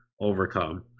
overcome